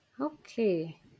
okay